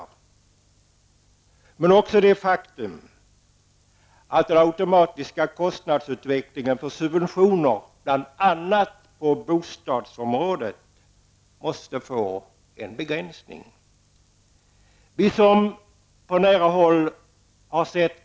En orsak är också det faktum att den automatiska kostnadsutvecklingen av subventionerna bl.a. på bostadsområdet måste få en begränsning.